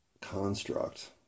construct